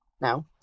Now